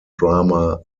drama